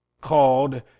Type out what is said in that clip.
called